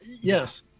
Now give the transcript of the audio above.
yes